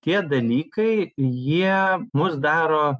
tie dalykai jie mus daro